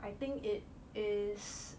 I think it is